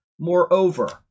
moreover